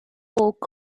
spoke